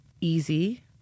easy